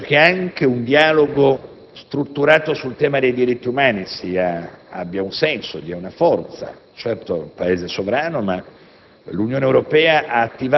In questo contesto, penso che anche un dialogo strutturato sul tema dei diritti umani abbia un senso e una forza. Certo, si tratta di un Paese sovrano, ma